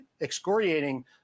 excoriating